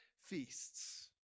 feasts